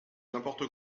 n’importe